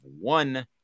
one